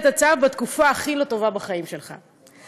שאתה מזניח את החיילים שלך והלכת לישון?